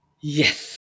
Yes